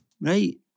right